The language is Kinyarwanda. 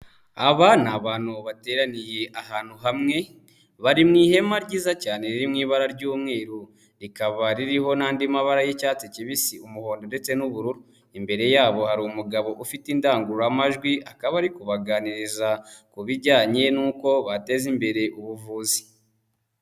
Aba ni abantu bateraniye ahantu hamwe, bari mu ihema ryiza cyane riri mu ibara ry'umweru, rikaba ririho n'andi mabara y'icyatsi kibisi, umuhondo, ndetse n'ubururu, imbere yabo hari umugabo ufite indangururamajwi akaba ari kubaganiriza ku bijyanye n'uko bateza imbere ubuvuzi.